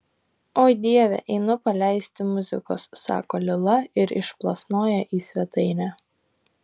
oi dieve einu paleisti muzikos sako lila ir išplasnoja į svetainę